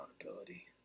accountability